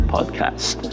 Podcast